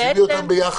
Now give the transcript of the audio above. שימי אותם ביחד.